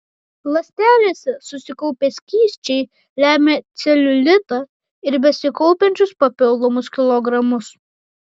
ląstelėse susikaupę skysčiai lemia celiulitą ir besikaupiančius papildomus kilogramus